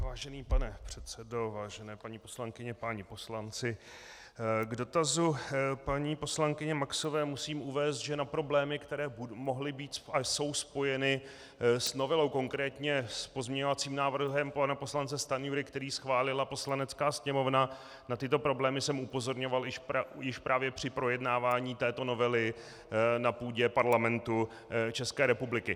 Vážený pane předsedo, vážené paní poslankyně, páni poslanci, k dotazu paní poslankyně Maxové musím uvést, že na problémy, které mohly být a jsou spojeny s novelou, konkrétně s pozměňovacím návrhem pana poslance Stanjury, který schválila Poslanecká sněmovna, na tyto problémy jsem upozorňoval už právě při projednávání této novely na půdě Parlamentu České republiky.